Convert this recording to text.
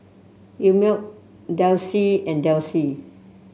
Einmilk Delsey and Delsey